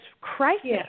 crisis